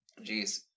Jeez